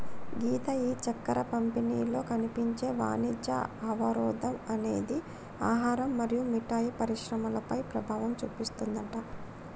గీత ఈ చక్కెర పంపిణీలో కనిపించే వాణిజ్య అవరోధం అనేది ఆహారం మరియు మిఠాయి పరిశ్రమలపై ప్రభావం చూపిస్తుందట